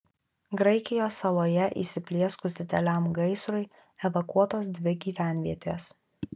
graikijos saloje įsiplieskus dideliam gaisrui evakuotos dvi gyvenvietės